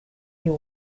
you